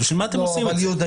בשביל מה אתם עושים את זה?